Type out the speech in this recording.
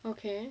okay